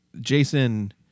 Jason